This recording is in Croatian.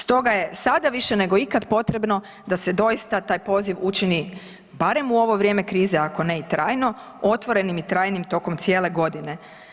Stoga je sada više nego ikad potrebno da se doista taj poziv učini barem u ovo vrijeme krize ako ne i trajno, otvorenim i trajnim tokom cijele godine.